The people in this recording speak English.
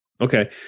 Okay